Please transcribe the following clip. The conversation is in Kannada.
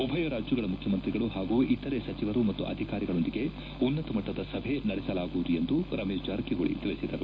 ಉಭಯ ರಾಜ್ಯಗಳ ಮುಖ್ಯಮಂತ್ರಿಗಳು ಹಾಗೂ ಇತರೆ ಸಚಿವರು ಮತ್ತು ಅಧಿಕಾರಿಗಳೊಂದಿಗೆ ಉನ್ನತಮಟ್ಟದ ಸಭೆ ನಡೆಸಲಾಗುವುದು ಎಂದು ರಮೇಶ್ ಜಾರಕಿಹೊಳಿ ತಿಳಿಸಿದರು